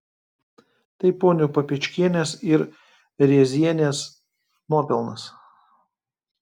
tai ponių papečkienės ir rėzienės nuopelnas